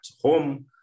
home